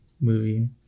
movie